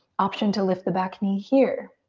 option to lift the back knee here.